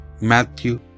Matthew